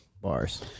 bars